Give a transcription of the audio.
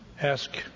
ask